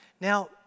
Now